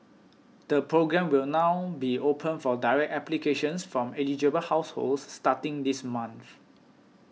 the programme will now be open for direct applications from eligible households starting this month